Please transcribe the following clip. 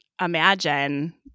imagine